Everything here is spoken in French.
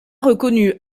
reconnu